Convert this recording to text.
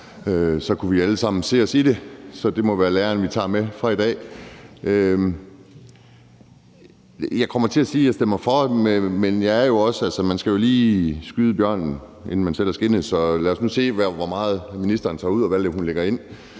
så kunne vi alle sammen se os i det. Så det må være læren, vi tager med fra i dag. Jeg kommer til at sige, at jeg stemmer for, men man skal jo lige skyde bjørnen, inden man sælger skindet. Lad os nu se, hvor meget ministeren tager ud, og hvad hun lægger ind.